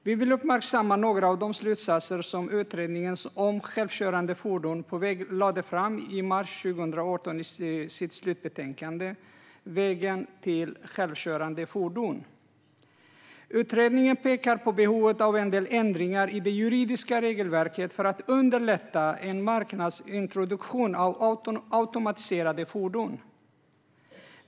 Vi vill uppmärksamma några av de slutsatser som Utredningen om självkörande fordon på väg lade fram i mars 2018 i sitt slutbetänkande Vägen till självkörande fordon . Utredningen pekar på behovet av en del ändringar i det juridiska regelverket för att underlätta en marknadsintroduktion av automatiserade fordon.